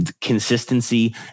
consistency